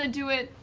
ah do it